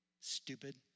Stupid